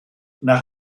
nach